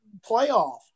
playoff